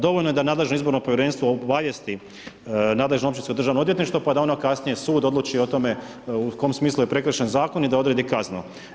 Dovoljno je da nadležno izborno povjerenstvo obavijesti nadležno općinsko državno odvjetništvo pa da onda kasnije sud odluči o tome u kojem smislu je prekršen zakon i da odredi kaznu.